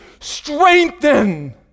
strengthen